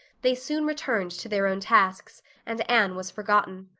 they soon returned to their own tasks and anne was forgotten.